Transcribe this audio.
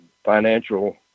financial